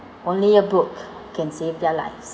only a book can save their lives